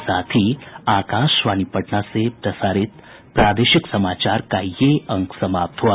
इसके साथ ही आकाशवाणी पटना से प्रसारित प्रादेशिक समाचार का ये अंक समाप्त हुआ